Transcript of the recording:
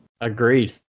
Agreed